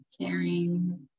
caring